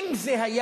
אם זה היה